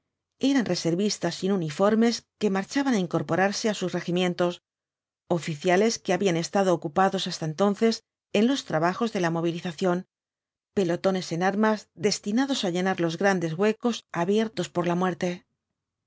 eran reservistas sin uniformes que marchaban á incorporarse á sus regimientos oficiales que habían estado ocupados hasta entonces en los trabajos de la movilización pelotones en armas destinados á llenar los grandes huecos abiertos por la muerte